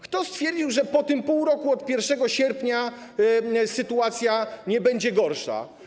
Kto stwierdził, że po tym pół roku, od 1 sierpnia, sytuacja nie będzie gorsza?